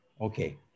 Okay